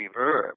reverb